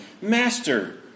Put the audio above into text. Master